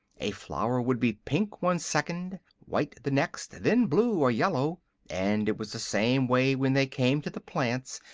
a flower would be pink one second, white the next, then blue or yellow and it was the same way when they came to the plants,